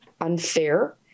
unfair